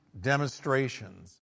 demonstrations